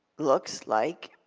looks like.